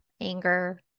anger